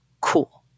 cool